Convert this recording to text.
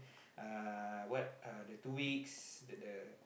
uh what uh the two weeks the the